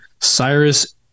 Cyrus